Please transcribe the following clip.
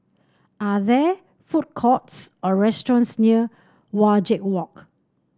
are there food courts or restaurants near Wajek Walk